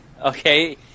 okay